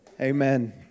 Amen